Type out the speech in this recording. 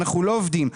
אנחנו לא עובדים.